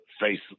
face